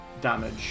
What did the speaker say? damage